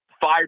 fired